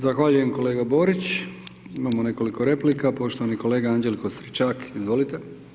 Zahvaljujem kolega Borić, imamo nekoliko replika, poštovani kolega Anđelko Stričak, izvolite.